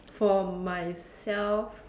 for myself